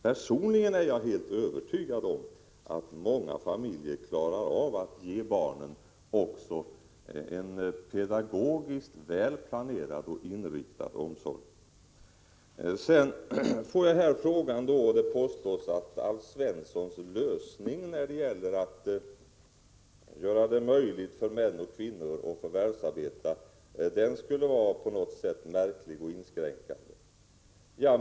Personligen är jag helt övertygad om att många familjer klarar av att ge barnen också en pedagogiskt väl planerad och inriktad omsorg. Det påstås att min lösning när det gäller att göra det möjligt för män och kvinnor att förvärvsarbeta på något sätt skulle vara märklig och inskränkande.